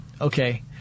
okay